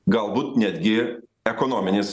galbūt netgi ekonominis